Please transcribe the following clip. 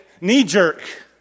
knee-jerk